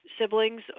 siblings